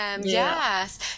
Yes